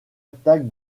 attaque